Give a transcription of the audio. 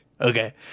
okay